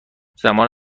زمان